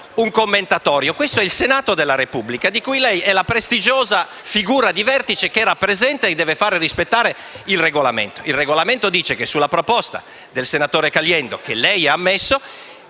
un commentatorio. Questo è il Senato della Repubblica, di cui lei è la prestigiosa figura di vertice che lo rappresenta e deve far rispettare il Regolamento, il quale stabilisce che sulla proposta del senatore Caliendo, che lei ha ammesso,